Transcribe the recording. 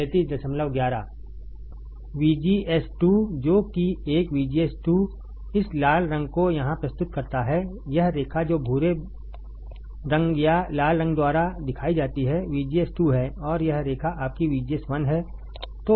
VGS2 जो कि एक VGS2 इस लाल रंग को यहां प्रस्तुत करता है यह रेखा जो भूरे रंग या लाल रंग द्वारा दिखाई जाती है VGS2 है और यह रेखा आपकी VGS1 है